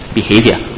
behavior